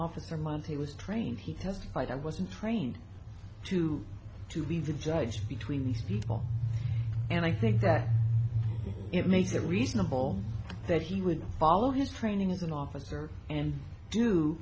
officer months he was trained he testified i wasn't trained to to be the judge between these people and i think that it makes it reasonable that he would follow his training as an officer and do